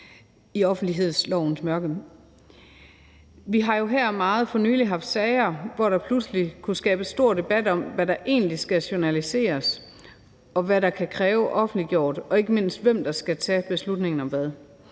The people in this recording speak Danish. af offentlighedslovens mørke. Vi har jo her for nylig haft sager, hvor der pludselig kunne skabes stor debat om, hvad der egentlig skal journaliseres, og hvad der kan kræves offentliggjort – og ikke mindst, hvem der skal tage beslutningen om hvad.